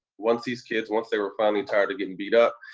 once these kids, once they were finally tired of getting beat up,